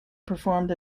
performed